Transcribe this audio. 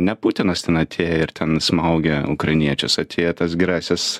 ne putinas ten atėjo ir ten smaugia ukrainiečius atėjo tas gerasis